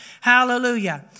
Hallelujah